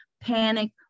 panic